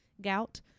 gout